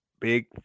big